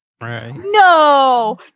No